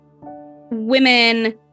women